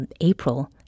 April